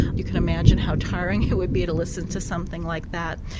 you can imagine how tiring it would be to listen to something like that.